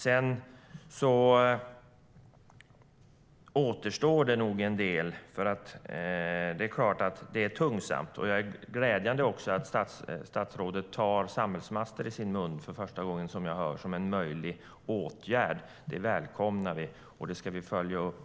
Det återstår nog en del eftersom det är klart att det är tungsamt. Men det är också glädjande att höra statsrådet ta ordet samhällsmaster som en möjlig åtgärd i sin mun för första gången. Det välkomnar vi, och det ska vi följa upp.